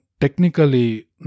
technically